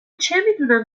چمیدونم